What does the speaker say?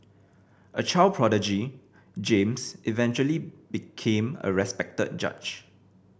a child prodigy James eventually became a respected judge